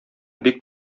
бик